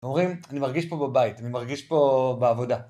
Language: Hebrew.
אומרים, אני מרגיש פה בבית, אני מרגיש פה בעבודה.